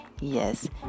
Yes